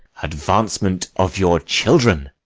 advancement of your children,